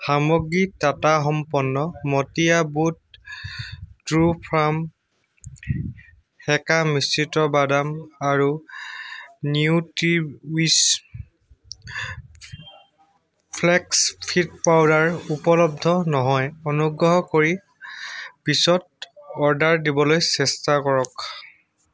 সামগ্ৰী টাটা সম্পন্ন মাটীয়া বুট ট্ৰুফাৰ্ম সেকা মিশ্ৰিত বাদাম আৰু নিউট্ৰিৱিছ ফ্লেক্স চিড পাউডাৰ উপলব্ধ নহয় অনুগ্ৰহ কৰি পিছত অৰ্ডাৰ দিবলৈ চেষ্টা কৰক